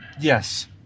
Yes